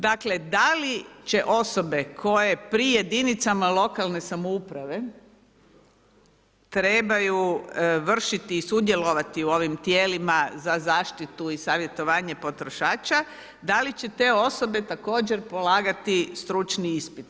Dakle, da li će osobe koje pri jedinicama lokalne samouprave trebaju vršiti i sudjelovati u ovim tijelima za zaštitu i savjetovanje potrošača, da li će te osobe također polagati stručni ispit.